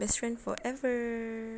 best friend forever